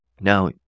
Now